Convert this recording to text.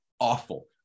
Awful